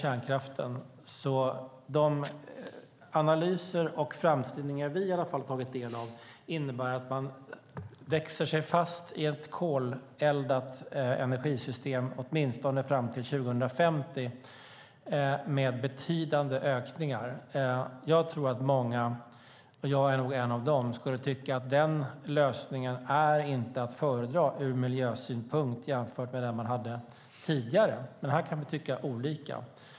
Enligt de analyser och framskrivningar vi har tagit del av innebär beslutet att lägga ned kärnkraften att man växer sig fast i ett koleldat energisystem åtminstone fram till 2050, med betydande ökningar. Många, och jag är nog en av dem, skulle nog tycka att den lösningen inte är att föredra ur miljösynpunkt jämfört med den man hade tidigare. Här kan vi dock tycka olika.